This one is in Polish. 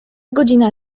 godzina